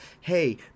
hey